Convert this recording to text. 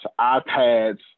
ipads